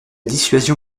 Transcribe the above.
dissuasion